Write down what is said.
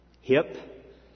hip